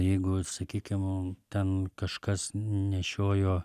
jeigu sakykim ten kažkas nešiojo